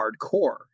hardcore